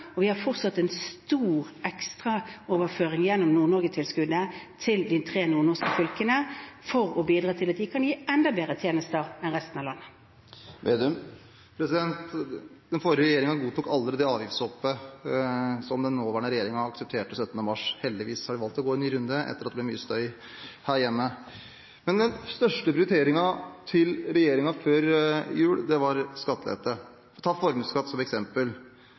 og vi har fortsatt en stor ekstraoverføring gjennom Nord-Norge-tilskuddet til de tre nordnorske fylkene, for å bidra til at de kan gi enda bedre tjenester enn resten av landet. Den forrige regjeringen godtok aldri det avgiftshoppet som den nåværende regjeringen aksepterte 17. mars. Heldigvis har de valgt å gå en ny runde etter at det ble mye støy her hjemme. Men den største prioriteringen til regjeringen før jul var skattelette. La oss ta formuesskatt som eksempel: